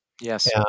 Yes